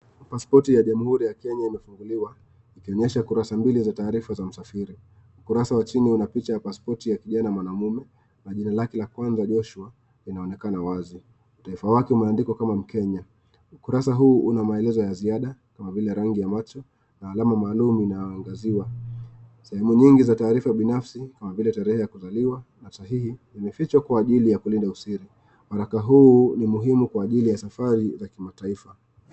Pasipoti ya Jamhuri ya Kenya imefunguliwa ikionyesha kurasa mbili za taarifa za msafiri. Ukurasa wa chini una picha ya pasipoti ya kijana mwanaume, na jina lake la kwanza Joshua linaonekana wazi. Utaifa wake umeandikwa kama Mkenya. Ukurasa huu una maelezo ya ziada kama vile rangi ya macho na alama maalum inaangaziwa. Sehemu nyingi za taarifa binafsi kama vile tarehe ya kuzaliwa na sahihi imefichwa kwa ajili ya kulinda usiri. Waraka huu ni muhimu kwa ajili ya safari za kimataifa.